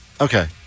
okay